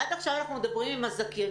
עד עכשיו אנחנו מדברים עם הזכיינים.